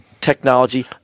technology